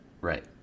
right